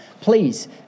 Please